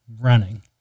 running